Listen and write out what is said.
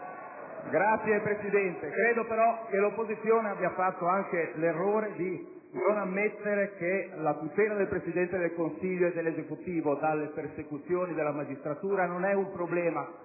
Grazie, Presidente. Credo però che l'opposizione abbia fatto l'errore di non ammettere che la tutela del Presidente del Consiglio e dell'Esecutivo dalle persecuzioni della magistratura non è un problema